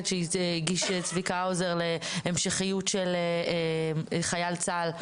שהגיש צביקה האוזר להמשכיות של חייל צה"ל,